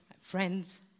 friends